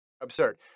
absurd